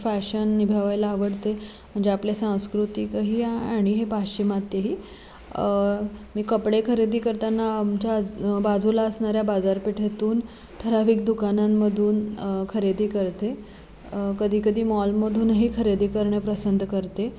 fashion निभवायला आवडते म्हणजे आपले सांस्कृतिकही आणि हे पाश्चिमात्यही मी कपडे खरेदी करताना आमच्या आज बाजूला असणाऱ्या बाजारपेठेतून ठराविक दुकानांमधून खरेदी करते कधीकधी मॉलमधूनही खरेदी करणे पसंत करते